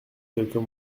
quelques